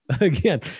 again